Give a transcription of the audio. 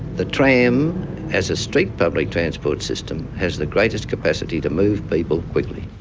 the tram as a street public transport system, has the greatest capacity to move people quickly.